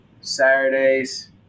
Saturdays